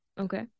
okay